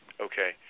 okay